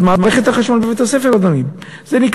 את מערכת החשמל בבית-הספר, אדוני.